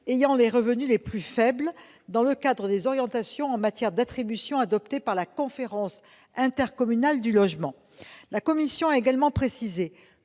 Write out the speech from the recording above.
ayant les revenus les plus faibles, dans le cadre des orientations en matière d'attribution adoptées par la conférence intercommunale du logement. Elle a également précisé